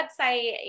website